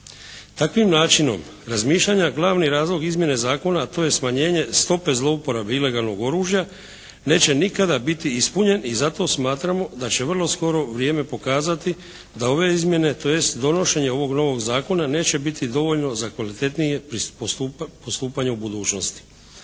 Takvim načinom razmišljanja glavni razlog izmjene zakona, a to je smanjenje stope zlouporabe ilegalnog oružja neće nikada biti ispunjen i zato smatramo da će vrlo skoro vrijeme pokazati da ove izmjene, tj. donošenje ovog novog zakona neće biti dovoljno za kvalitetnije postupanje u budućnosti.